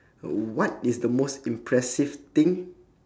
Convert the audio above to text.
uh what is the most impressive thing